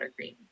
Buttercream